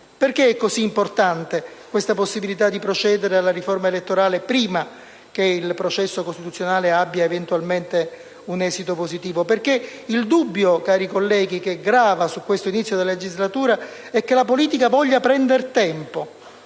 Perché è così importante questa possibilità di procedere alla riforma elettorale prima che il processo costituzionale abbia eventualmente un esito positivo? Perché il dubbio, cari colleghi, che grava su questo inizio della legislatura è che la politica voglia prender tempo,